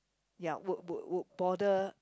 ya would would would bother